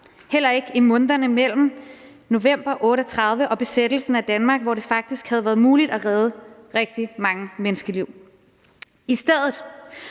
heller ikke i månederne mellem november 1938 og besættelsen af Danmark, hvor det faktisk havde været muligt at redde rigtig mange menneskeliv. I stedet